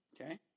Okay